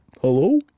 Hello